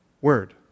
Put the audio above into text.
Word